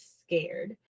scared